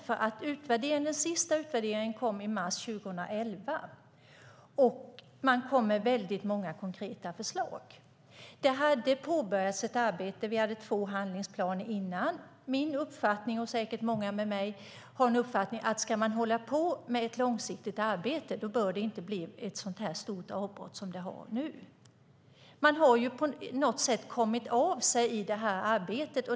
Den senaste utvärderingen kom i mars 2011, och man kom med väldigt många konkreta förslag. Det hade påbörjats ett arbete; vi hade två handlingsplaner innan. Jag och säkert många med mig har uppfattningen att om man ska hålla på med ett långsiktigt arbete bör det inte bli ett så stort avbrott som det har varit nu. Man har ju på något sätt kommit av sig i arbetet.